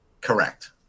Correct